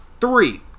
three